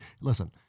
listen